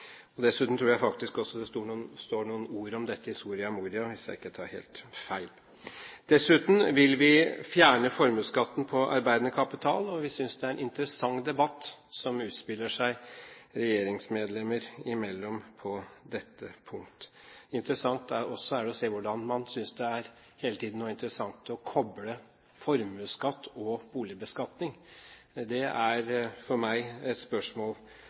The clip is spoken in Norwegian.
Dessuten tror jeg faktisk også det står noen ord om dette i Soria Moria, hvis jeg ikke tar helt feil. Dessuten vil vi fjerne formuesskatten på arbeidende kapital, og vi synes det er en interessant debatt som utspiller seg regjeringsmedlemmer imellom på dette punkt. Interessant er det også å se hvordan man synes det hele tiden er interessant å koble formuesskatt og boligbeskatning. Det er for meg et spørsmål